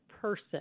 person –